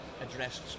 addressed